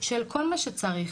של כל מה שצריך,